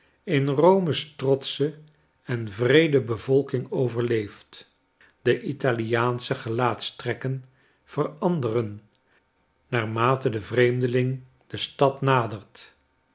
in rome's trotsche en wreede bevolking overleefd de italiaansche gelaatstrekken veranderen naarmate de vreemdeling de stad nadert